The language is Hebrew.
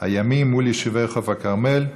הימי מול יישובי חוף הכרמל.